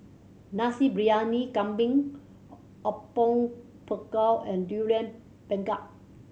Nasi Briyani Kambing Apom Berkuah and Durian Pengat